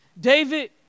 David